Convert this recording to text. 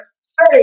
say